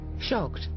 Shocked